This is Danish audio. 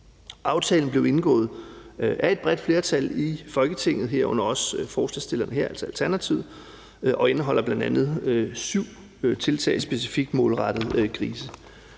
Aftalen blev indgået af et bredt flertal i Folketinget, herunder også forslagsstillerne her, altså Alternativet, og indeholder bl.a. syv tiltag specifikt målrettet grise.